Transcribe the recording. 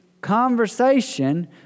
conversation